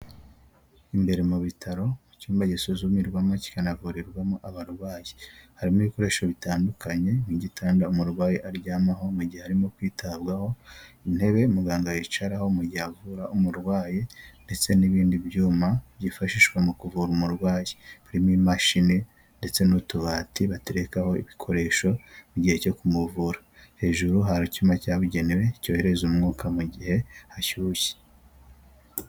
Imbere mu bitaro mu cyumba gisuzumirwamo kikanavurirwamo abarwayi harimo ibikoresho bitandukanye nk'igitanda umurwayi aryamaho mu gihe arimo kwitabwaho intebe muganga yicaraho mu gihe avura umurwayi ndetse n'ibindi byuma byifashishwa mu kuvura umurwayi birimo imashini ndetse n'utubati baterekaho ibikoresho mu gihe cyo kumuvura hejuru hari icyuyuma cyabugenewe cyohereza umwuka mu gihe hashyushye.